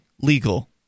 legal